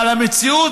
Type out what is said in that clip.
אבל המציאות,